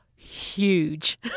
huge